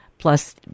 plus